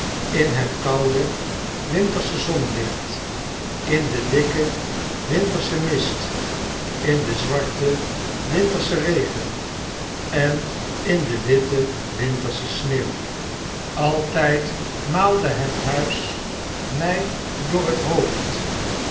in et koude wintersche zonlicht in den dikken winterschen mist in den zwarten winterschen regen en in de witte wintersche sneeuw altyd maalde het huis my door het hoofd